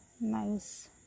nice